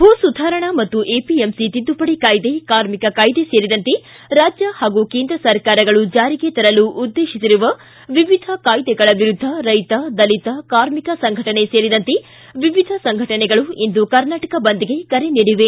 ಭೂ ಸುಧಾರಣಾ ಮತ್ತು ಎಪಿಎಂಸಿ ತಿದ್ದುಪಡಿ ಕಾಯಿದೆ ಕಾರ್ಮಿಕ ಕಾಯಿದೆ ಸೇರಿದಂತೆ ರಾಜ್ಯ ಹಾಗೂ ಕೇಂದ್ರ ಸರ್ಕಾರಗಳು ಜಾರಿಗೆ ತರಲು ಉದ್ದೇಶಿಸಿರುವ ವಿವಿಧ ಕಾಯಿದೆಗಳ ವಿರುದ್ದ ರೈತ ದಲಿತ ಕಾರ್ಮಿಕ ಸಂಘಟನೆ ಸೇರಿದಂತೆ ವಿವಿಧ ಸಂಘಟನೆಗಳು ಇಂದು ಕರ್ನಾಟಕ ಬಂದ್ಗೆ ಕರೆ ನೀಡಿವೆ